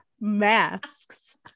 masks